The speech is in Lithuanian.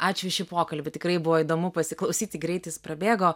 ačiū už šį pokalbį tikrai buvo įdomu pasiklausyti greit jis prabėgo